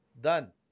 done